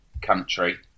country